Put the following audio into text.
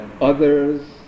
others